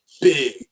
big